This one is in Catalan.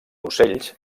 ocells